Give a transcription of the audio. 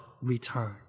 return